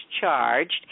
charged